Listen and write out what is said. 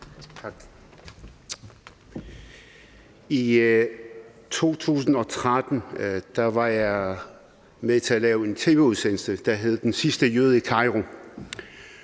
I 2013 var jeg med til at lave en tv-udsendelse, der hed »Den sidste jøde i Kairo«,